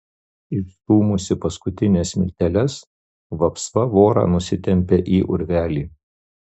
išstūmusi paskutines smilteles vapsva vorą nusitempią į urvelį